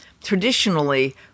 traditionally